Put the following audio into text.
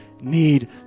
need